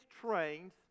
trains